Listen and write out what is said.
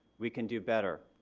we can do better.